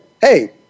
hey